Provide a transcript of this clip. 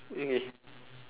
okay